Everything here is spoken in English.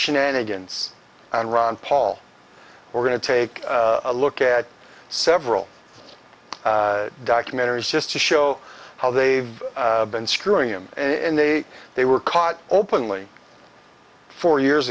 shenanigans and ron paul or going to take a look at several documentaries just to show how they've been screwing them in the way they were caught openly four years